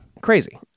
Crazy